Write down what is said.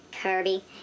Kirby